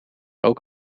ook